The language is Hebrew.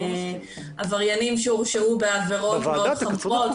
עבריינים שהורשעו בעבירות מאוד חמורות,